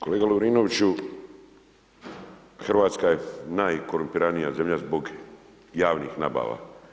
Kolega Lovrinoviću Hrvatska je najkorumpiranija zemlja zbog javnih nabava.